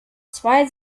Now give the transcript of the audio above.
zwei